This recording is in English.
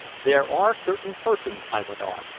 there are certain persons, i went on,